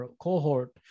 cohort